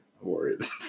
Warriors